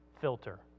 filter